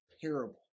parable